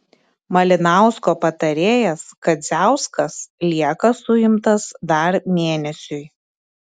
malinausko patarėjas kadziauskas lieka suimtas dar mėnesiui